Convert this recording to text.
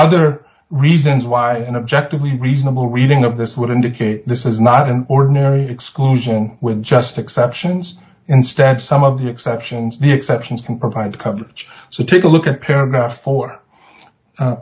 other reasons why an object to be reasonable reading of this would indicate this is not an ordinary exclusion with just exceptions instead some of the exceptions the exceptions can provide coverage so take a look at paragraph four